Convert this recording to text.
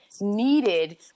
needed